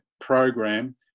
program